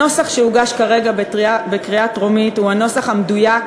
הנוסח שהוגש כרגע לקריאה הטרומית הוא הנוסח המדויק,